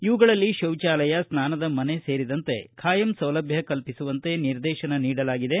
ಇವುಗಳಲ್ಲಿ ಶೌಚಾಲಯ ಸ್ನಾನದ ಮನೆ ಸೇರಿದಂತೆ ಕಾಯಂ ಸೌಲಭ್ದ ಕಲ್ಪಿಸುವಂತೆ ನಿರ್ದೇಶನ ನೀಡಲಾಗಿದೆ